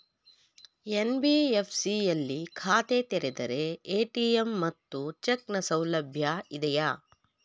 NBFC ಯಲ್ಲಿ ಖಾತೆ ತೆರೆದರೆ ಎ.ಟಿ.ಎಂ ಮತ್ತು ಚೆಕ್ ನ ಸೌಲಭ್ಯ ಇದೆಯಾ?